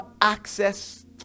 access